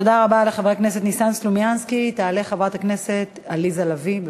תודה רבה לחבר הכנסת ניסן סלומינסקי.